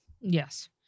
Yes